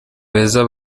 beza